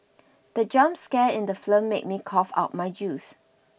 the jump scare in the film made me cough out my juice